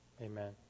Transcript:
Amen